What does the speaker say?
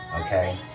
okay